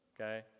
Okay